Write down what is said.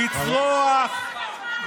לצרוח,